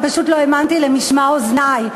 אני פשוט לא האמנתי למשמע אוזני.